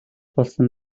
болсон